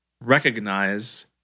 recognize